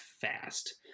fast